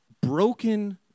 broken